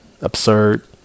absurd